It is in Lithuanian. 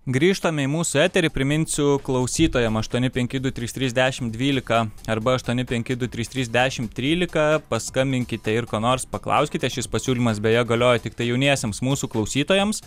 grįžtame į mūsų eterį priminsiu klausytojam aštuoni penki du trys trys dešimt dvylika arba aštuoni penki du trys trys dešimt trylika paskambinkite ir ko nors paklauskite šis pasiūlymas beje galioja tiktai jauniesiems mūsų klausytojams